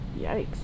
Yikes